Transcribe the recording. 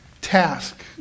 task